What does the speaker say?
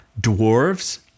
dwarves